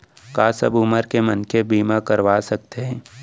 का सब उमर के मनखे बीमा करवा सकथे?